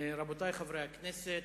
רבותי חברי הכנסת,